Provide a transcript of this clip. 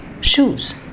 shoes